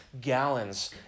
gallons